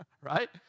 right